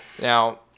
now